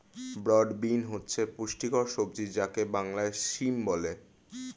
broad bean হচ্ছে পুষ্টিকর সবজি যাকে বাংলায় সিম বলে